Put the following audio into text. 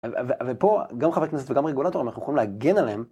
ופה גם חברי הכנסת וגם רגולטורים אנחנו יכולים להגן עליהם